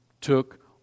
took